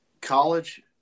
college